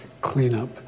cleanup